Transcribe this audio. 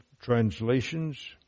translations